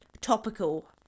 topical